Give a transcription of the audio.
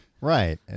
Right